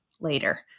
later